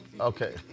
Okay